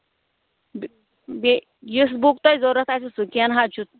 بےٚ بیٚیہِ یُس بُک تۄہہِ ضروٗرت آسوٕ سُہ کیٚنٛہہ نہَ حظ چھُ